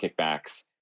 Kickbacks